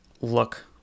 look